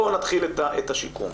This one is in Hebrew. בואו נתחיל את השיקום.